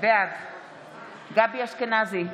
בעד גבי אשכנזי,